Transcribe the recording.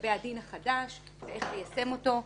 לגבי הדין החדש, איך ליישם אותו.